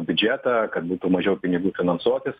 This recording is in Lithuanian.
biudžetą kad būtų mažiau pinigų finansuotis